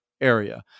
area